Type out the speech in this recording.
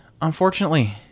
Unfortunately